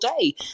day